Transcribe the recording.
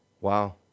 wow